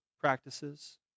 practices